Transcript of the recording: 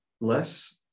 less